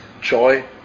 joy